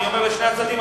אני אומר לשני הצדדים,